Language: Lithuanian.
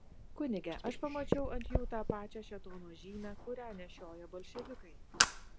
kunige aš pamačiau ant jų tą pačią šėtono žymę kurią nešioja bolševikai